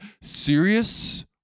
Serious